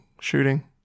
shooting